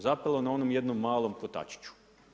Zapelo je na onom jednom malom kotačiću.